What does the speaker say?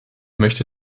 möchte